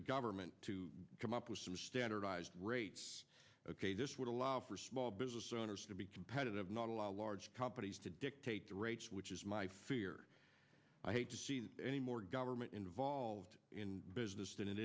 the government to come up with some standardized rates this would allow for small business owners to be competitive not allow large companies to dictate their rates which is my fear i hate to see any more government involved in business than it